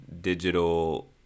digital